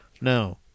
No